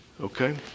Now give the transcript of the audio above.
Okay